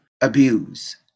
abuse